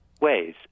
ways